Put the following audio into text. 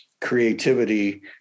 creativity